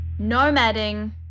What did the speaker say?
nomading